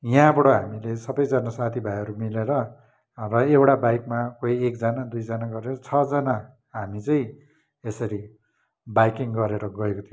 यहाँबाट हामीले सबैजना साथीभाइहरू मिलेर र एउटा बाइकमा कोही एकजना दुईजना गरेर छजना हामी चैँ यसरी बाइकिङ गरेर गएको थियौँ